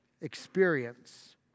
experience